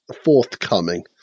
forthcoming